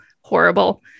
horrible